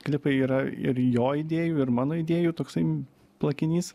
klipai yra ir jo idėjų ir mano idėjų toksai plakinys